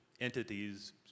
entities